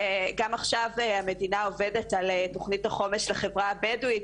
גם עכשיו כשהמדינה עובדת על תוכנית החומש לחברה הבדווית,